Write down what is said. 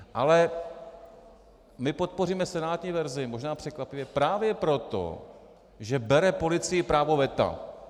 Ale my podpoříme senátní verzi možná překvapivě právě proto, že bere policii právo veta.